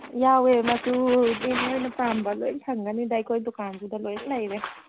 ꯌꯥꯎꯋꯦ ꯃꯆꯨꯗꯤ ꯅꯣꯏꯅ ꯄꯥꯝꯕ ꯂꯣꯏ ꯐꯪꯒꯅꯤꯗ ꯑꯩꯈꯣꯏ ꯗꯨꯀꯥꯟꯁꯤꯗ ꯂꯣꯏꯅ ꯂꯩꯔꯦ